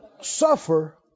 Suffer